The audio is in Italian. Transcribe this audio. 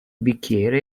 bicchiere